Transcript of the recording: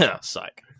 psych